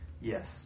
Yes